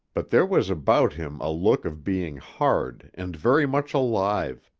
but there was about him a look of being hard and very much alive.